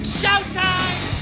showtime